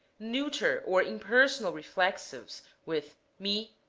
neuter or impersonal reflexives with me,